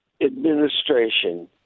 administration